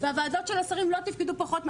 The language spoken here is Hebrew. והוועדות של השרים לא תפקדו פחות,